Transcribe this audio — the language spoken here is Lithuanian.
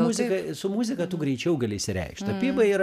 muzika su muzika tu greičiau gali išsireikšt tapyba yra